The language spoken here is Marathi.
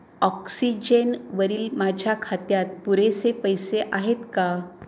ऑक्सिजेनवरील माझ्या खात्यात पुरेसे पैसे आहेत का